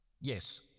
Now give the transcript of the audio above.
Yes